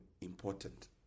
important